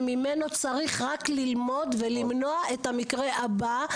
וממנו צריך רק ללמוד ולמנוע את המקרה הבא.